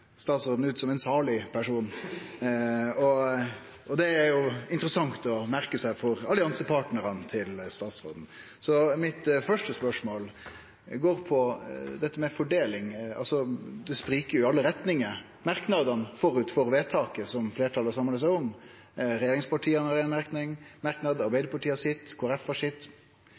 statsråden ut som en salig person, og det er interessant å merkje seg for alliansepartnarane til statsråden. Mitt første spørsmål går på dette med fordeling. Det sprikjer jo i alle retningar. Når det gjeld merknadene før vedtaket som fleirtalet samlar seg om, har regjeringspartia ein merknad, Arbeidarpartiet har